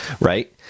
right